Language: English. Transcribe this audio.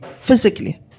physically